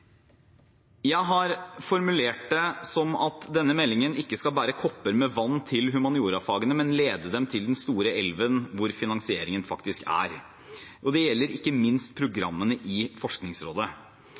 Jeg har formulert det som at denne meldingen ikke skal bære kopper med vann til humaniorafagene, men lede dem til den store elven hvor finansieringen faktisk er. Det gjelder ikke minst